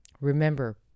Remember